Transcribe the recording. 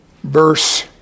Verse